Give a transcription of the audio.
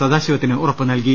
സദാശിവത്തിന് ഉറപ്പ് നൽകി